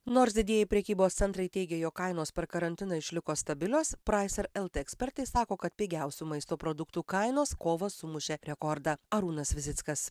nors didieji prekybos centrai teigia jog kainos per karantiną išliko stabilios pricer lt ekspertai sako kad pigiausių maisto produktų kainos kovą sumušė rekordą arūnas vizickas